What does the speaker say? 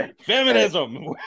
Feminism